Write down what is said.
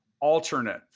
alternate